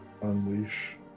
Unleash